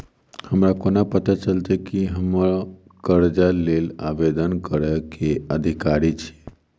हमरा कोना पता चलतै की हम करजाक लेल आवेदन करै केँ अधिकारी छियै?